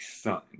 son